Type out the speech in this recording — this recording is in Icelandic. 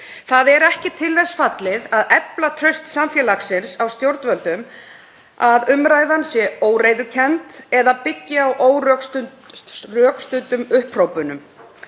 Það er ekki til þess fallið að efla traust samfélagsins á stjórnvöldum að umræðan sé óreiðukennd eða byggist á órökstuddum upphrópunum.